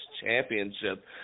championship